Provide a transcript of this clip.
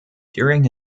during